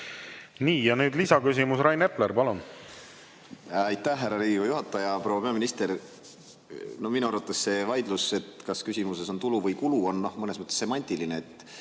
Nii, ja nüüd lisaküsimus. Rain Epler, palun! Aitäh, härra Riigikogu juhataja! Proua peaminister! Minu arvates see vaidlus, kas küsimuses on tulu või kulu, on mõnes mõttes semantiline.